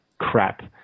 crap